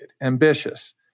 ambitious